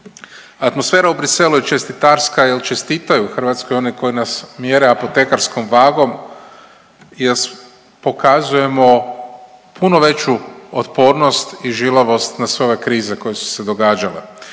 Atmosfera u Bruxellesu je čestitarska jer čestitaju Hrvatskoj oni koji nas mjere apotekarskom vagom jer pokazujemo puno veću otpornost i žilavost na sve ove krize koje su se događale.